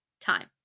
time